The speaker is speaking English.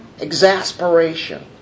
Exasperation